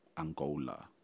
Angola